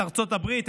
את ארצות הברית,